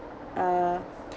uh